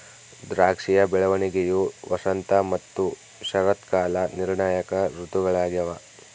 ದ್ರಾಕ್ಷಿಯ ಬೆಳವಣಿಗೆಯು ವಸಂತ ಮತ್ತು ಶರತ್ಕಾಲ ನಿರ್ಣಾಯಕ ಋತುಗಳಾಗ್ಯವ